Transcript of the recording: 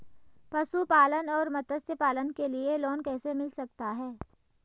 पशुपालन और मत्स्य पालन के लिए लोन कैसे मिल सकता है?